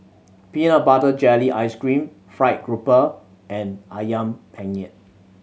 peanut butter jelly ice cream fried grouper and Ayam Penyet